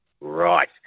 Right